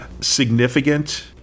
Significant